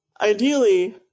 Ideally